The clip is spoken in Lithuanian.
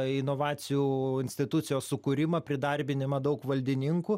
inovacijų institucijos sukūrimą pridarbinimą daug valdininkų